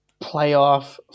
playoff